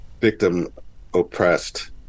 victim-oppressed